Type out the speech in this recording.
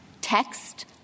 Text